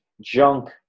junk